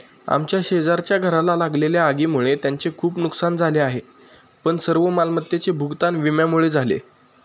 आमच्या शेजारच्या घराला लागलेल्या आगीमुळे त्यांचे खूप नुकसान झाले पण सर्व मालमत्तेचे भूगतान विम्यामुळे झाले